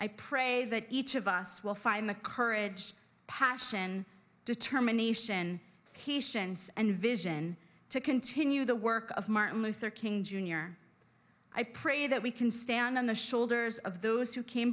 i pray that each of us will find the courage passion determination he sions and vision to continue the work of martin luther king jr i pray that we can stand on the shoulders of those who came